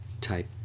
type